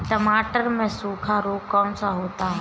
टमाटर में सूखा रोग कौन सा होता है?